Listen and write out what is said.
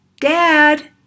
Dad